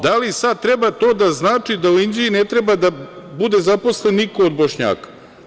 Da li sada treba to da znači da u Inđiji ne treba da bude zaposlen niko od Bošnjaka?